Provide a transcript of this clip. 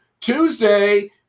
Tuesday